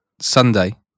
Sunday